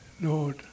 Lord